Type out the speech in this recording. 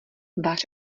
vař